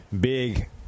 big